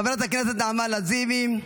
חברת הכנסת נעמה לזימי,